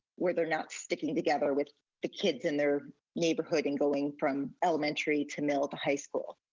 where they're not sticking together with the kids in their neighborhood and going from elementary to middle to high school.